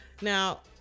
now